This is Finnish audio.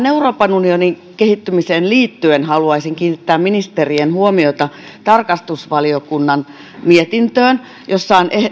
euroopan unionin kehittymiseen liittyen haluaisin kiinnittää ministerien huomiota tarkastusvaliokunnan mietintöön jossa on